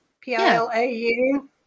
P-I-L-A-U